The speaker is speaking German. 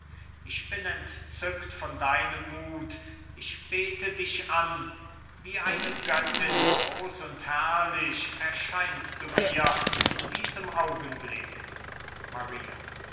ich bin entzückt von deinem mut ich bete dich an wie eine göttin groß und herrlich erscheinst du mir in diesem augenblick maria